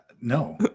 No